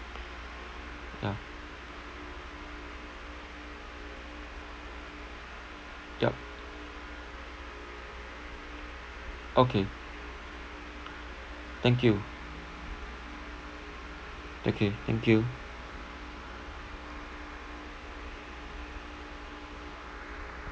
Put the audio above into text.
yeah yup okay thank you okay thank you